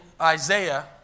Isaiah